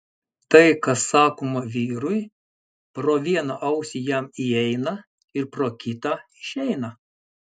tai kas sakoma vyrui pro vieną ausį jam įeina ir pro kitą išeina